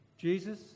Jesus